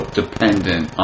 dependent